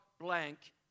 blank